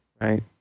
right